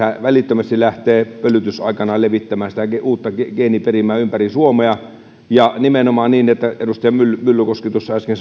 välittömästi lähtee pölytysaikana levittämään sitä uutta geeniperimää ympäri suomea ja nimenomaan niin kuin edustaja myllykoski tuossa äsken